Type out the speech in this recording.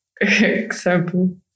example